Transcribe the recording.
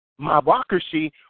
mobocracy